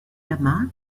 lama